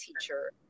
teacher